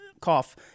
cough